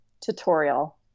tutorial